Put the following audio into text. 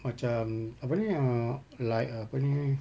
macam apa ni um like apa ni